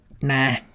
nah